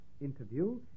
interview